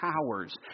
powers